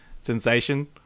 sensation